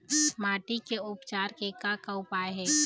माटी के उपचार के का का उपाय हे?